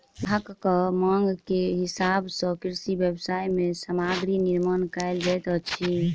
ग्राहकक मांग के हिसाब सॅ कृषि व्यवसाय मे सामग्री निर्माण कयल जाइत अछि